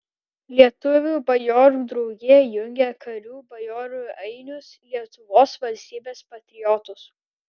lietuvių bajorų draugija jungia karių bajorų ainius lietuvos valstybės patriotus